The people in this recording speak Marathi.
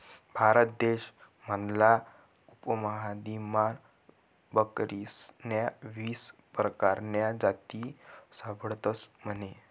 भारत देश मधला उपमहादीपमा बकरीस्न्या वीस परकारन्या जाती सापडतस म्हने